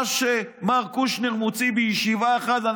מה שמר קושניר מוציא בישיבה אחת,